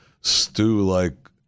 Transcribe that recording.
stew-like